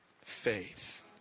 faith